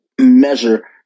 measure